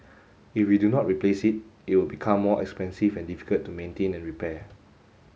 if we do not replace it it will become more expensive and difficult to maintain and repair